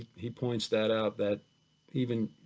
he points that out that even,